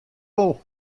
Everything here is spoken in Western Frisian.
wol